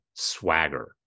Swagger